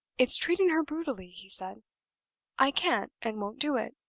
it's treating her brutally, he said i can't and won't do it.